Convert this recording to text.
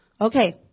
Okay